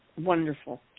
wonderful